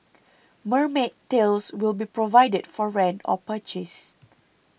mermaid tails will be provided for rent or purchase